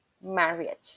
marriage